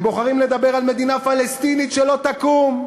הם בוחרים לדבר על מדינה פלסטינית שלא תקום.